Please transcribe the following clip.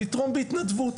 לתרום בהתנדבות.